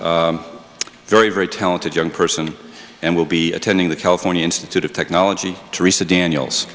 very very talented young person and will be attending the california institute of technology teresa daniels